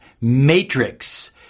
matrix